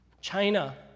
China